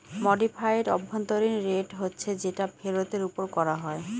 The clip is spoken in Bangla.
মডিফাইড অভ্যন্তরীন রেট হচ্ছে যেটা ফেরতের ওপর করা হয়